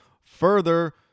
further